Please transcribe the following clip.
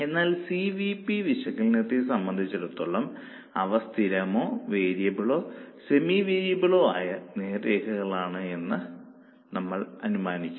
എന്നാൽ C V P വിശകലനത്തെ സംബന്ധിച്ചിടത്തോളം അവ സ്ഥിരമോ വേരിയബിളോ സെമി വേരിയബിളോ ആയ നേർരേഖകളാണെന്ന് നമ്മൾ അനുമാനിക്കുന്നു